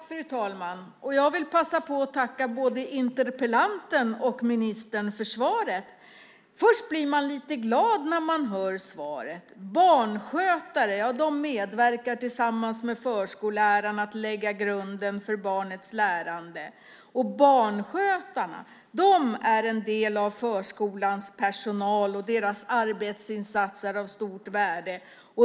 Fru talman! Jag vill passa på att tacka dels interpellanten, dels ministern för svaret. Först blir man lite glad när man hör svaret. Barnskötarna medverkar tillsammans med förskollärarna till att lägga grunden för barnets lärande. Barnskötarna är en del av förskolans personal, och deras arbetsinsatser är av stort värde.